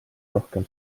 rohkem